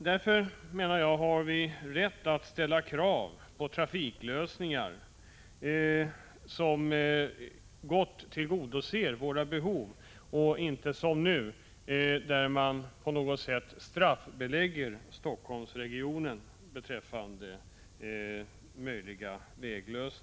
Därför, menar jag, har vi rätt att ställa krav på trafiklösningar som gott tillgodoser våra behov, och på att det inte får vara som nu då möjliga väglösningar för Helsingforssregionen på något sätt straffbeläggs.